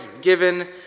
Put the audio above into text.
given